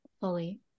fully